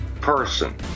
person